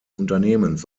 unternehmens